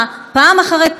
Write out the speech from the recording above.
פעם אחרי פעם,